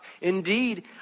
Indeed